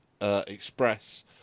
Express